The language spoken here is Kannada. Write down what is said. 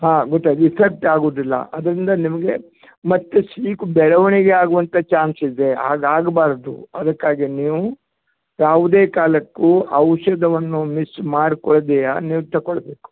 ಹಾಂ ಗುತೈತಾ ಇಫೆಕ್ಟ್ ಆಗೋದಿಲ್ಲ ಅದರಿಂದ ನಿಮಗೆ ಮತ್ತೆ ಸೀಕು ಬೆಳವಣಿಗೆ ಆಗುವಂಥ ಚಾನ್ಸ್ ಇದೆ ಅದು ಆಗಬಾರ್ದು ಅದಕ್ಕಾಗಿ ನೀವು ಯಾವುದೇ ಕಾಲಕ್ಕೂ ಔಷಧವನ್ನು ಮಿಸ್ ಮಾಡ್ಕೊಳ್ದೇ ನೀವು ತಗೊಳ್ಬೇಕು